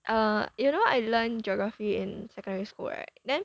err you know I learned geography in secondary school right then